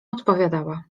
odpowiadała